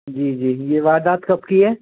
जी जी ये वारदात कब की है